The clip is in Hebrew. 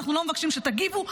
אנחנו לא מבקשים שתגיבו.